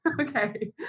okay